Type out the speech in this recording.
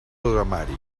programari